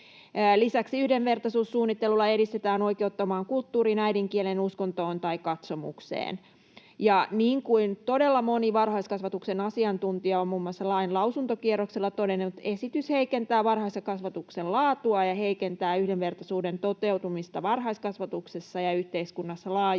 Lisäksi yhdenvertaisuussuunnittelulla edistetään oikeutta omaan kulttuuriin, äidinkieleen, uskontoon tai katsomukseen. Ja niin kuin todella moni varhaiskasvatuksen asiantuntija on muun muassa lain lausuntokierroksella todennut, esitys heikentää varhaiskasvatuksen laatua ja heikentää yhdenvertaisuuden toteutumista varhaiskasvatuksessa ja yhteiskunnassa laajemmin.